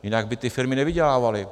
Jinak by ty firmy nevydělávaly.